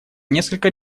несколько